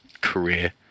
career